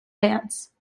dance